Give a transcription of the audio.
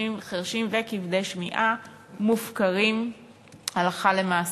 החירשים וכבדי השמיעה מופקרים הלכה למעשה.